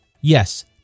yes